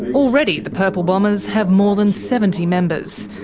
already the purple bombers have more than seventy members.